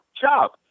job